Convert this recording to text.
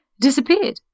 disappeared